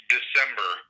December